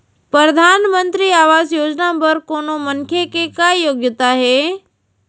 परधानमंतरी आवास योजना बर कोनो मनखे के का योग्यता हे?